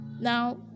now